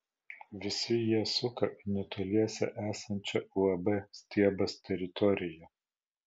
visi jie suka į netoliese esančią uab stiebas teritoriją